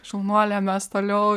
šaunuolė mesk toliau